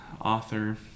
author